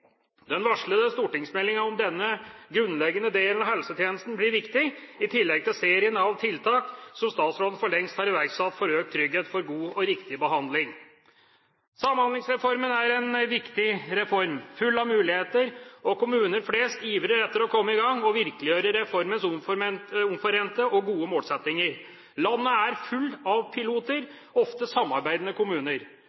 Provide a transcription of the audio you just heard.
Den varslede stortingsmeldingen om denne grunnleggende delen av helsetjenesten blir viktig, i tillegg til serien av tiltak som statsråden for lengst har iverksatt, for økt trygghet for god og riktig behandling. Samhandlingsreformen er en viktig reform full av muligheter, og kommuner flest ivrer etter å komme i gang og virkeliggjøre reformens omforente og gode målsettinger. Landet er fullt av piloter,